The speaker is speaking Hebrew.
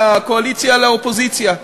מהאופוזיציה לקואליציה.